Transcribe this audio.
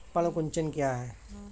पर्ण कुंचन क्या है?